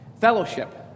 Fellowship